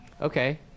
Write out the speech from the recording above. okay